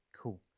Cool